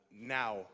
Now